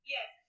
Yes